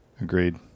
Agreed